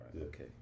Okay